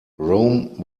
rome